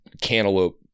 cantaloupe